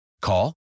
Call